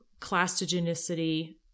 clastogenicity